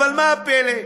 אבל מה הפלא?